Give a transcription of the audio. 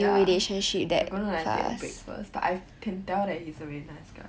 ya I'm gonna like take a break first but I can tell that he's a very nice guy